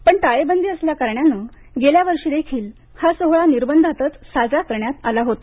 पण टाळेबंदी असल्याकारणाने गेल्या वर्षीदेखील हा सोहळा निर्बधातच साजरा करण्यात आला होता